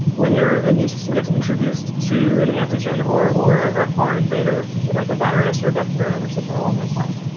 when your immune system gets introduced to an antigen, or or a foreign invader like a virus, or bacterium, or something along those lines,